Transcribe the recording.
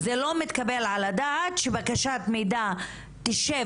זה לא מתקבל על הדעת שבקשת מידע תשב